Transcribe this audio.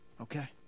okay